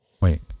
Wait